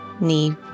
knee